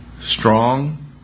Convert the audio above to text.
Strong